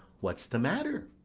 what's the matter?